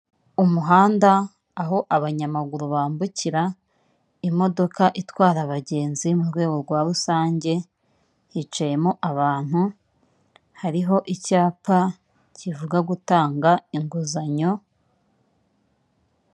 Umuhanda aho abanyamaguru bambukira imodoka itwara abagenzi mu rwego rwa rusange, hicayemo abantu hariho icyapa kivuga gutanga inguzanyo.